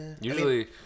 Usually